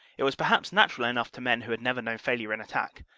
it was perhaps natural enough to men who had never known failure in attack,